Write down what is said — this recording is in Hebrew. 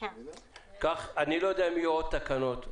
מביאים תקנות,